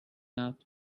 out